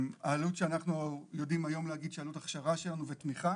אנחנו יודעים היום להגיד שעלות הכשרה שלנו ותמיכה